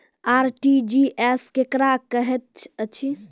RTGS केकरा कहैत अछि?